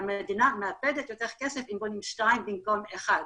המדינה מאבדת יותר כסף אם בונים שניים במקום אחד.